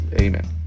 Amen